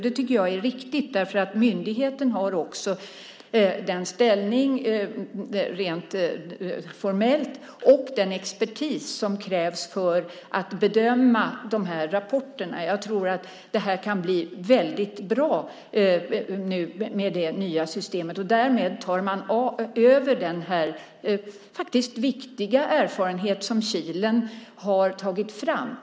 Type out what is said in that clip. Det tycker jag är riktigt, därför att myndigheten har den ställning rent formellt och den expertis som krävs för att bedöma de här rapporterna. Jag tror att det här kan bli väldigt bra nu med det nya systemet. Därmed tar man över den faktiskt viktiga erfarenhet som Kilen har tagit fram.